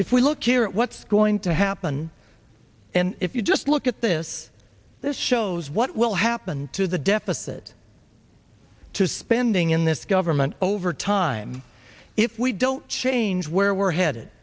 if we look here at what's going to happen and if you just look at this this shows what will happen to the deficit to spending in this government over time if we don't change where we're headed